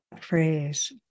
phrase